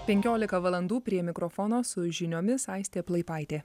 penkiolika valandų prie mikrofono su žiniomis aistė plaipaitė